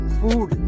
food